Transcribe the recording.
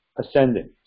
ascending